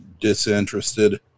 disinterested